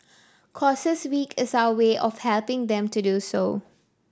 causes Week is our way of helping them to do so